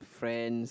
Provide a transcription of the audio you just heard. friend